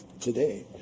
today